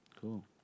Cool